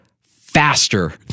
faster